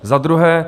Za druhé.